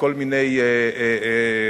וכל מיני עמותות.